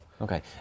Okay